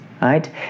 Right